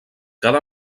cada